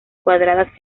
cuadradas